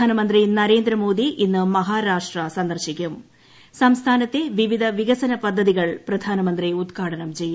പ്രധാനമന്ത്രി നരേന്ദ്ര ്മോദി ഇന്ന് മഹാരാഷ്ട്ര സന്ദർശിക്കും സംസ്ഥാനത്തെ വിവിധ വികസന പദ്ധതികൾ പ്രധാനമന്ത്രി ഉദ്ഘാടനം ചെയ്യും